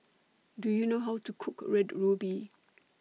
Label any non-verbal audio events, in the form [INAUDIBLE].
Do YOU know How to Cook Red Ruby [NOISE]